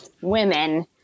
women